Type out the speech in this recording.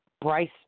Bryce